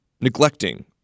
neglecting